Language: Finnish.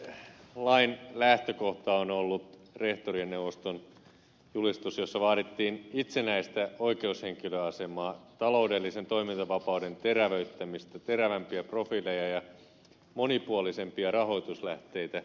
lain lähtökohta on ollut rehtorien neuvoston julistus jossa vaadittiin itsenäistä oikeushenkilöasemaa taloudellisen toimintavapauden terävöittämistä terävämpiä profiileja ja monipuolisempia rahoituslähteitä